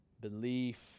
belief